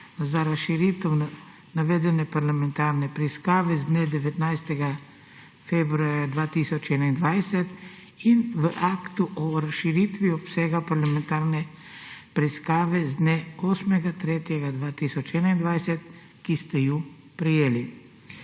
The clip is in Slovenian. za razširitev navedene parlamentarne preiskave z dne 19. februarja 2021 in v aktu o razširitvi obsega parlamentarne preiskave z dne 8. 3. 2021, ki ste ju prejeli.